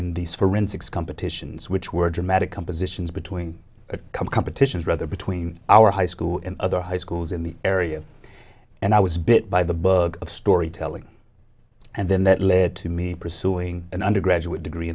in these forensics competitions which were dramatic compositions between competitions rather between our high school and other high schools in the area and i was bit by the book of storytelling and then that led to me pursuing an undergraduate degree